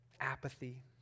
apathy